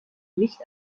nicht